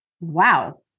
Wow